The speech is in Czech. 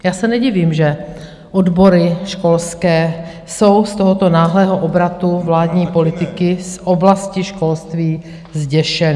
Já se nedivím, že odbory školské jsou z tohoto náhlého obratu vládní politiky z oblasti školství zděšeny.